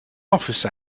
office